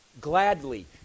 Gladly